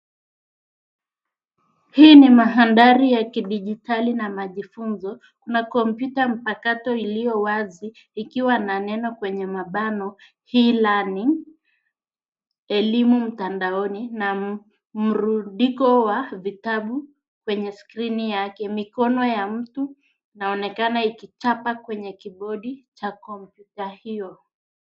Hii ni mandhari ya kidijitali na majifunzo. Kuna kompyuta mpakato iliyo wazi ikiwa na neno kwenye kwa mabano[ cs] e-learning elimu mtandaoni na mrundiko wa vitabu kwenye skrini yake. Mikono ya mtu inaonekana ikichapa kwenye kibodi cha kompyuta hiyo.